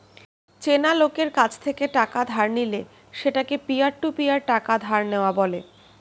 চেনা লোকের কাছ থেকে টাকা ধার নিলে সেটাকে পিয়ার টু পিয়ার টাকা ধার নেওয়া বলে